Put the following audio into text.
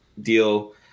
deal